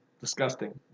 Disgusting